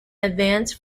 advance